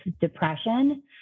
depression